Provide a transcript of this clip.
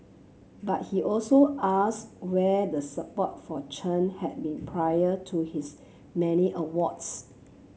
but he also ask where the support for Chen had been prior to his many awards